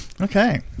Okay